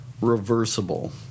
reversible